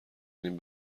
این